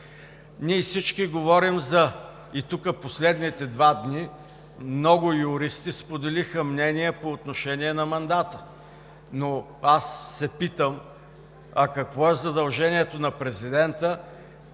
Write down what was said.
Ние всички говорим и тук последните два дни много юристи споделиха мнение по отношение на мандата. Но аз се питам: какво е задължението на президента